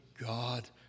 God